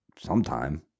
sometime